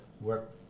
work